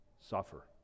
suffer